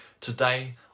today